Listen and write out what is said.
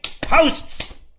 posts